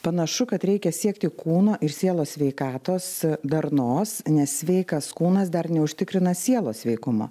panašu kad reikia siekti kūno ir sielos sveikatos darnos nes sveikas kūnas dar neužtikrina sielos sveikumo